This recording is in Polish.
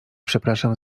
przepraszam